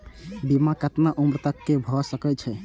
बीमा केतना उम्र तक के भे सके छै?